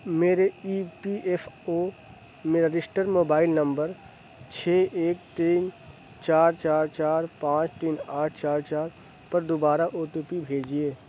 میرے E P F O میں registered mobile number چھ ایک تین چار چار چار پانچ تین آٹھ چار چار پر دوبارہ او ٹی پی بھیجیے